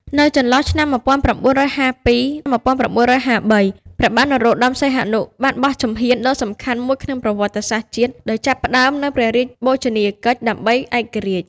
នៅចន្លោះឆ្នាំ១៩៥២-១៩៥៣ ព្រះបាទនរោត្ដម សីហនុ បានបោះជំហានដ៏សំខាន់មួយក្នុងប្រវត្តិសាស្ត្រជាតិ ដោយចាប់ផ្ដើមនូវ ព្រះរាជបូជនីយកិច្ចដើម្បីឯករាជ្យ។